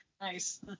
Nice